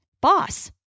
Boss